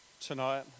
tonight